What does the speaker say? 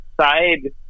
Side